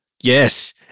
Yes